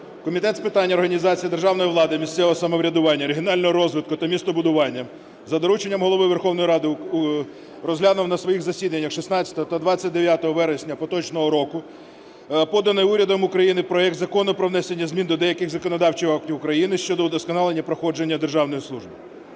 Комітет з питань організації державної влади, місцевого самоврядування, регіонального розвитку та містобудування за дорученням Голови Верховної розглянув на своїх засіданнях 16 та 29 вересня поточного року поданий урядом України проект Закону про внесення змін до деяких законодавчих актів України щодо удосконалення проходження державної служби.